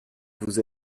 vous